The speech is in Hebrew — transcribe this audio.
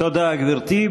תודה, גברתי.